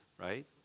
Right